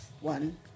one